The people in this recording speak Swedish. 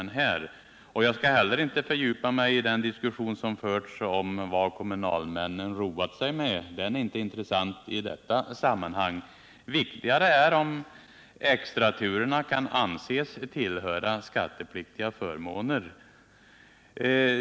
Jag skall inte heller här fördjupa mig i den diskussion som förts om vad kommunalmännen roat sig med; den är inte intressant i detta sammanhang. Viktigare är om extraturerna kan anses vara skattepliktiga förmåner.